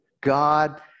God